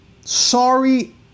sorry